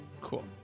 Cool